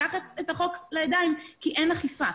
לקחת את החוק לידיים כי אין אכיפה,